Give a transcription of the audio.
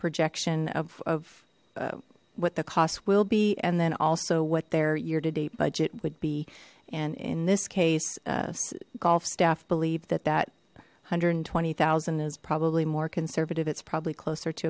projection of what the cost will be and then also what their year to date budget would be and in this case golf staff believed that that one hundred and twenty thousand is probably more conservative it's probably closer to